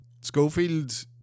schofield